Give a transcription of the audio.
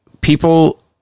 people